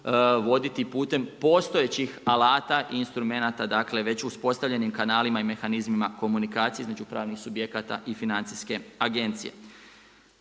voditi putem postojećih alata i instrumenata, dakle već uspostavljenim kanalima i mehanizmima komunikacije između pravnih subjekata i financijske agencije.